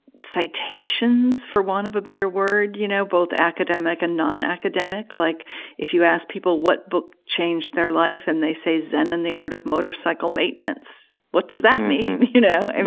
citations for want of a better word. you know, both academic and nonacademic. like if you ask people what book changed their life and they say zen and the art of motorcycle maintenance what does that mean? you know, and